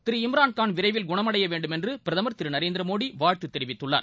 திரு இம்ரான்கான் விரைவில் குணமடையவேண்டும் என்றுபிரதமர் திருநரேந்திரமோடிவாழ்த்துதெரிவித்துள்ளார்